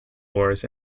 wars